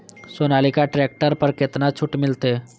Sonalika tractor पर केतना छूट मिलते?